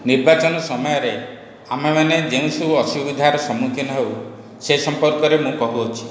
ନିର୍ବାଚନ ସମୟରେ ଆମେମାନେ ଯେଉଁସବୁ ଅସୁବିଧାର ସମ୍ମୁଖୀନ ହେଉ ସେ ସମ୍ପର୍କରେ ମୁଁ କହୁଅଛି